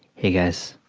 hey, guys.